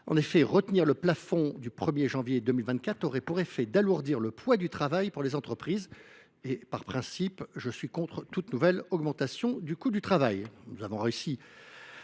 En effet, retenir comme plafond sa valeur au 1 janvier 2024 aurait pour effet d’alourdir le coût du travail pour les entreprises. Par principe, je suis opposé à toute nouvelle augmentation du coût du travail.